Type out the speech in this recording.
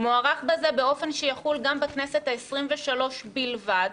מוארך בזה באופן שיחול גם בכנסת העשרים-ושלוש בלבד,